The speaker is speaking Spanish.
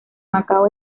macao